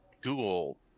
Google